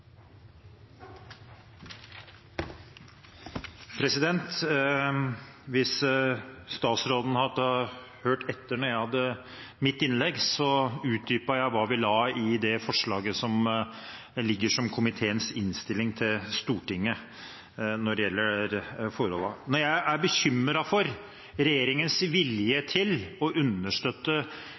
Hvis statsråden hadde hørt etter da jeg holdt mitt innlegg, hadde han hørt at jeg utdypet hva vi la i det forslaget til vedtak i komiteens innstilling til Stortinget når det gjelder forholdene. Når jeg er bekymret for regjeringens vilje til å understøtte